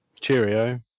Cheerio